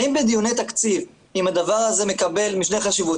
האם בדיוני התקציב הדבר הזה מקבל משנה חשיבות,